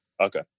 Okay